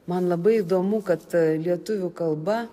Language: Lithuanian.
man labai įdomu kad lietuvių kalba